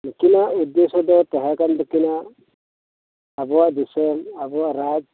ᱩᱱᱠᱤᱱᱟᱜ ᱩᱫᱽᱫᱷᱮᱥᱚ ᱫᱚ ᱛᱟᱦᱮᱸ ᱠᱟᱱ ᱛᱟᱹᱠᱤᱱᱟ ᱟᱵᱚᱣᱟᱜ ᱫᱤᱥᱚᱢ ᱟᱵᱚᱣᱟᱜ ᱨᱟᱡ